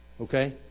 Okay